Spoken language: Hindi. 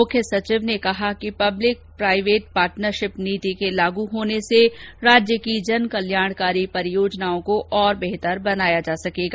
मुख्य सचिव ने कहा कि पब्लिक प्राइवेट पार्टनरशिप नीति के लागू होने से राज्य की जन कल्याणकारी परियोजनाओं को और बेहतर बनाया जा सकेगा